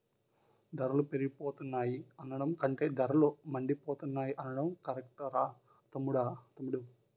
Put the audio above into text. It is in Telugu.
ధరలు పెరిగిపోతున్నాయి అనడం కంటే ధరలు మండిపోతున్నాయ్ అనడం కరెక్టురా తమ్ముడూ